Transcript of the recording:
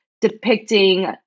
depicting